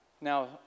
Now